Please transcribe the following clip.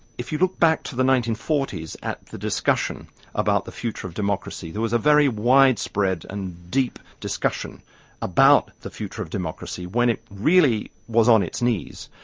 if you look back to the nineteen forty s at the discussion about the future of democracy there was a very widespread and deep discussion about the future of democracy when it really was on its knees.